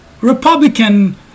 Republican